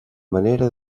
manera